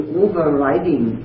overriding